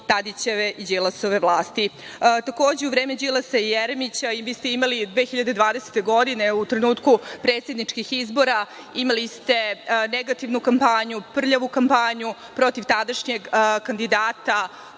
Tadićeve i Đilasove vlasti. Takođe, u vreme Đilasa i Jeremića, i vi ste imali 2020. godine, u trenutku predsedničkih izbora, imali ste negativnu kampanju, prljavu kampanju protiv tadašnjeg kandidata